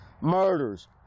murders